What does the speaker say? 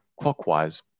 clockwise